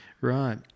Right